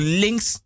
links